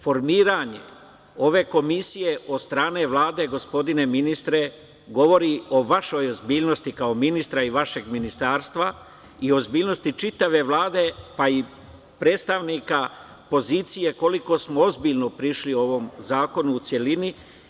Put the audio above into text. Formiranje ove komisije od strane Vlade, gospodine ministre, govori o vašoj ozbiljnosti kao ministra i vašeg Ministarstva i o ozbiljnosti čitave Vlade, pa i predstavnika pozicije, koliko smo ozbiljno prišli ovom zakonu u celini.